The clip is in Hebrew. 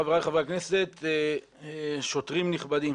חבריי חברי הכנסת, שוטרים נכבדים,